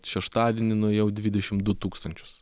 šeštadienį nuėjau dvidešim du tūkstančius